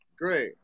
great